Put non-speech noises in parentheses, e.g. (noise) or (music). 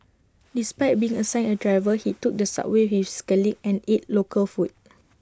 despite being (noise) assigned A driver he took the subway with his colleagues and ate local food